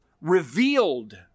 revealed